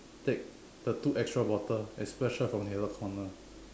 take the two extra bottle and splash her from the other corner